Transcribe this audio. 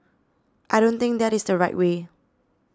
I don't think that is the right way